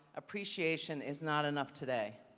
appreciation is not enough today.